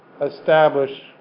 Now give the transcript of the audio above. establish